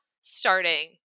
starting